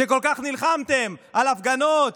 כל כך נלחמתם על הפגנות,